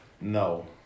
No